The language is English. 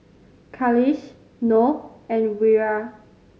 Khalish Noh and Wira